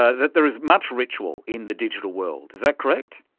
ah that there is much ritual in the digital world, is that correct?